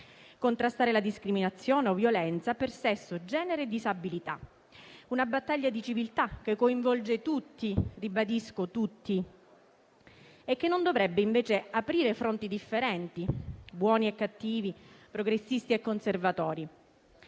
contrastare la discriminazione o violenza per sesso, genere e disabilità. Una battaglia di civiltà che coinvolge tutti - ribadisco: tutti - e che non dovrebbe invece aprire fronti differenti tra buoni e cattivi o tra progressisti e conservatori.